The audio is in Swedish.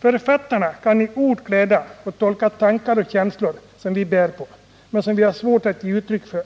Författarna kan i ord kläda och tolka tankar och känslor som vi bär på men som vi har svårt att ge uttryck för.